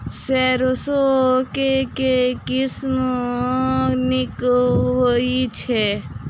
सैरसो केँ के किसिम नीक होइ छै?